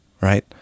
right